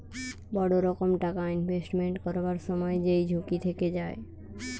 বড় রকম টাকা ইনভেস্টমেন্ট করবার সময় যেই ঝুঁকি থেকে যায়